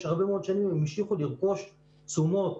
הרבה מאוד שנים הם המשיכו לרכוש תשומות